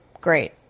great